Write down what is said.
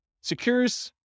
secures